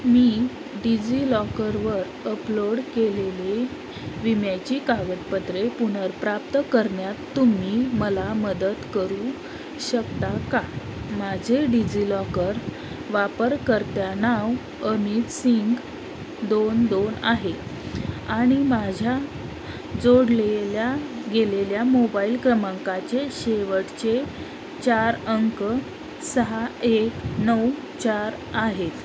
मी डिझिलॉकरवर अपलोड केलेली विम्याची कागदपत्रे पुनर्प्राप्त करण्यात तुम्ही मला मदत करू शकता का माझे डिझिलॉकर वापरकर्त्या नाव अमित सिंग दोन दोन आहे आणि माझ्या जोडलेल्या गेलेल्या मोबाईल क्रमांकाचे शेवटचे चार अंक सहा एक नऊ चार आहे